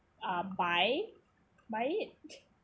uh buy buy it